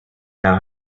now